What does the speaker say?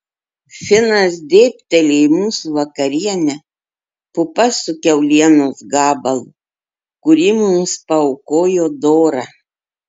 finas dėbteli į mūsų vakarienę pupas su kiaulienos gabalu kurį mums paaukojo dora